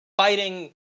fighting